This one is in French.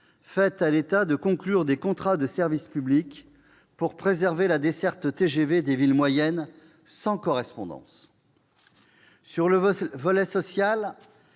faite à l'État de conclure des contrats de service public pour préserver la desserte TGV des villes moyennes sans correspondance. Sur le volet social,